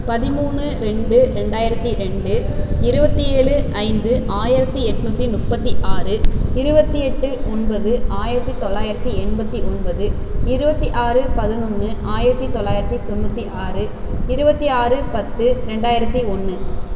பதிமூணு ரெண்டு ரெண்டாயிரத்தி ரெண்டு இருபத்தி ஏழு ஐந்து ஆயிரத்தி எண்ணூத்தி முப்பத்தி ஆறு இருபத்தி எட்டு ஒன்பது ஆயிரத்தி தொள்ளாயிரத்தி எண்பத்தி ஒன்பது இருபத்தி ஆறு பதினொன்று ஆயிரத்தி தொள்ளாயிரத்தி தொண்ணூற்றி ஆறு இருபத்தி ஆறு பத்து ரெண்டாயிரத்தி ஒன்று